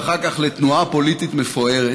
ואחר כך לתנועה פוליטית מפוארת